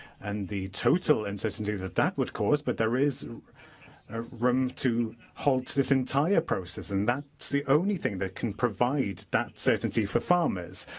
and the total uncertainty that that would cause. but, there is ah room to halt this entire process, and that's the only thing that can provide some certainty for farmers.